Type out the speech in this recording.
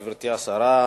גברתי השרה,